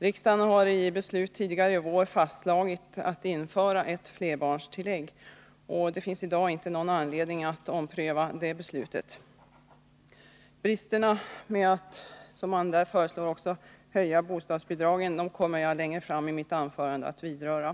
Riksdagen har i ett beslut tidigare i år fastslagit att införa ett flerbarnstilllägg, och det finns inte i dag någon anledning att ompröva det beslutet. De brister som är förenade med en höjning av bostadsbidragen kommer jag längre fram i mitt anförande att beröra.